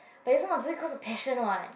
but you also must do it cause of passion [what]